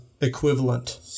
equivalent